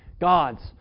God's